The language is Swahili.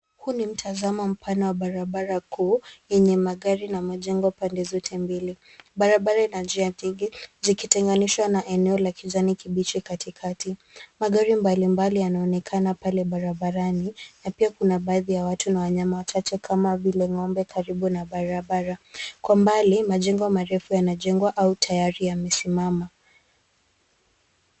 Huu ni mtazamo mpana wa barabara kuu yenye magari na majengo pande zote mbili, barabara ina njia nyingi zikitenganishwa na eneo la kijani kibichi katikati, magari mbali mbali yanaonekana pale barabarani na pia kuna baadhi ya watu na wanyama wachache kama vile ngombe karibu na barabara. Kwa mbali majengo marefu yanajengwa au tayari yamesimama.